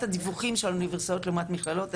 הדיווחים של האוניברסיטאות לעומת מכללות.